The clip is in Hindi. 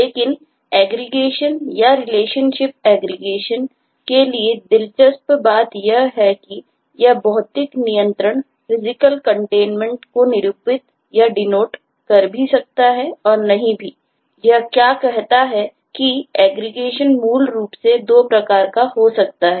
लेकिन एग्रीगेशन मूल रूप से 2 प्रकार का हो सकता है